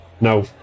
No